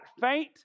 faint